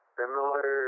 similar